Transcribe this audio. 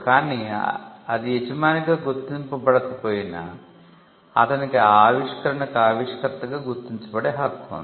కానీ అది యజమానిగా గుర్తిoచబడక పోయినా అతనికి ఆ ఆవిష్కరణకు ఆవిష్కర్తగా గుర్తించబడే హక్కు ఉంది